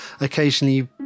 occasionally